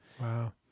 Wow